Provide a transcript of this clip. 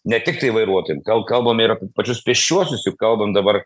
ne tiktai vairuotojam kal kalbame ir pačius pėsčiuosius juk kalbam dabar